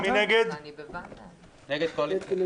11